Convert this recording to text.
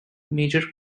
major